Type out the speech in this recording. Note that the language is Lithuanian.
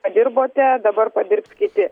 padirbote dabar padirbs kiti